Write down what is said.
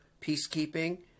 peacekeeping